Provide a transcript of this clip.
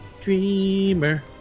Dreamer